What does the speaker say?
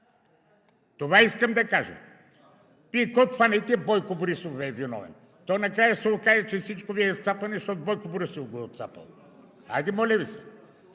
Това искам да кажа. Вие каквото хванете – Бойко Борисов Ви е виновен. То накрая ще се окаже, че всичко Ви е оцапано, защото Бойко Борисов го е оцапал. Хайде, моля Ви,